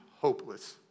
hopeless